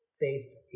faced